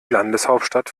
landeshauptstadt